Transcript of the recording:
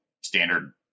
standard